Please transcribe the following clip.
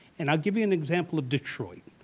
and i'll give you an example of detroit.